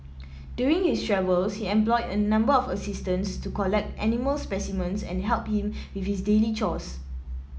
during his travels he employed a number of assistants to collect animal specimens and help him with his daily chores